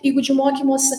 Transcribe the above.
įgūdžių mokymosi